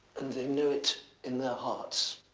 and they know it in their hearts.